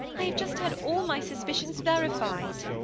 i have just had all my suspicions verified.